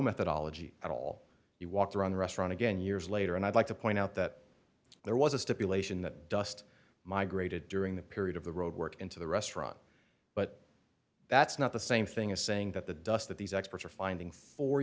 methodology at all he walked around the restaurant again years later and i'd like to point out that there was a stipulation that dust migrated during the period of the road work into the restaurant but that's not the same thing as saying that the dust that these experts are finding four